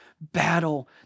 battle